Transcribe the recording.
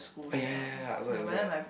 orh ya ya ya ya those kind those kind